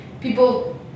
people